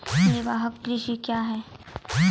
निवाहक कृषि क्या हैं?